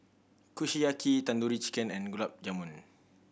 Kushiyaki Tandoori Chicken and Gulab Jamun